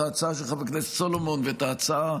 את ההצעה של חבר הכנסת סולומון ואת ההצעה,